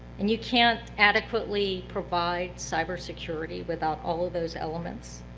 and you can't adequately provide cybersecurity without all of those elements,